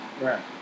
Right